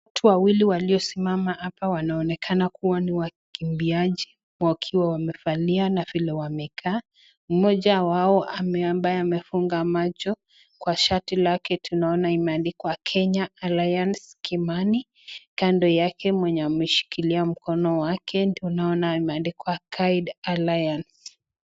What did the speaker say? Watu wawili waliosimama hapa wanaonekana kua ni wakimbiaji wakiwa wamevalia na vile wamekaa. Mmoja wao ambaye amefunga macho kwa shati lake. Tunaona imeandikwa Kenya Alliance Kimani. Kando yake mwenye ameshikilia mkono wake ndo naona imeandikwa guide alliance.